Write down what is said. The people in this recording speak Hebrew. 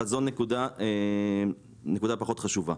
אבל זו נקודה פחות חשובה.